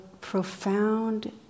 profound